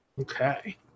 Okay